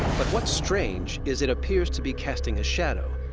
but what's strange is it appears to be casting a shadow,